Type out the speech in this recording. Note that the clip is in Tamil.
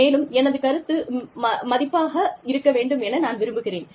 மேலும் எனது கருத்து மதிப்பாக இருக்க வேண்டுமென நான் விரும்புகிறேன்